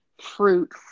fruit